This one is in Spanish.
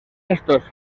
estos